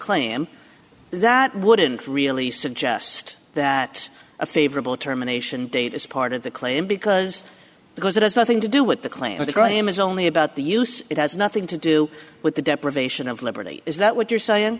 claim that wouldn't really suggest that a favorable terminations date is part of the claim because because it has nothing to do with the claim of the graham is only about the use it has nothing to do with the deprivation of liberty is that what you're saying